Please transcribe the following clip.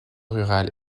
rurale